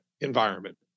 environment